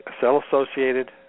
cell-associated